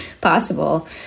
possible